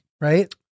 right